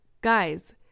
Guys